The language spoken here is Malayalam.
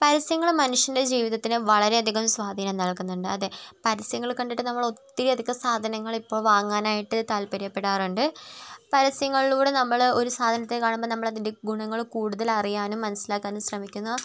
പരസ്യങ്ങൾ മനുഷ്യൻ്റെ ജീവിതത്തിൽ വളരെ അധികം സ്വാധിനം നൽകുന്നുണ്ട് അതേ പരസ്യങ്ങൾ കണ്ടിട്ട് നമ്മൾ ഒത്തിരി അധികം സാധനങ്ങൾ ഇപ്പോൾ വാങ്ങാനായിട്ട് താല്പര്യപ്പെടാറുണ്ട് പരസ്യങ്ങളിലൂടെ നമ്മൾ ഒരു സാധനത്തെ കാണുമ്പോൾ നമ്മൾ അതിൻ്റെ ഗുണങ്ങൾ കൂടുതൽ അറിയാനും മനസ്സിലാക്കാനും ശ്രമിക്കുന്നു